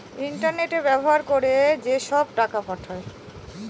internet ব্যবহার করে যেসব টাকা পাঠায়